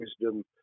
wisdom